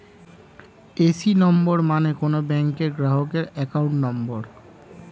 AC number মানে কোন ব্যাংকের গ্রাহকের অ্যাকাউন্ট নম্বর